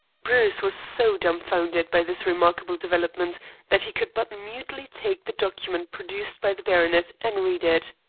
bruce was so dumfounded by this remarkable development that he could but mutely take the document produced by the baronet and read it.